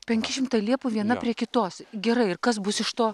penki šimtai liepų viena prie kitos gerai ir kas bus iš to